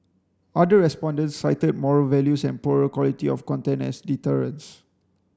other respondents cited moral values and poorer quality of content as deterrents